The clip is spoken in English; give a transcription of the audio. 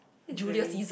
this is very